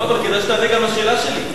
לא, אבל כדאי שתענה גם על השאלה שלי.